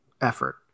effort